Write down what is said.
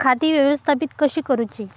खाती व्यवस्थापित कशी करूची?